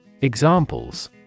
Examples